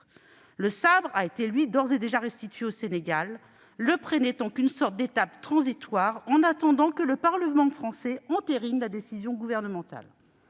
Le sabre, lui, a d'ores et déjà été restitué au Sénégal, le prêt n'étant qu'une sorte d'étape transitoire « en attendant » que le Parlement français ne valide la décision gouvernementale.